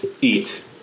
eat